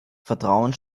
vertrauen